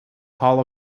hall